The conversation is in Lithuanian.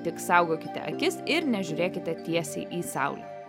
tik saugokite akis ir nežiūrėkite tiesiai į saulę